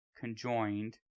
conjoined